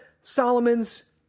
Solomon's